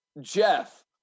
Jeff